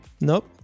Nope